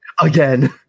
Again